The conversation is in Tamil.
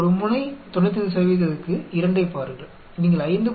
ஒரு முனை 95க்கு 2 யைப் பாருங்கள் நீங்கள் 5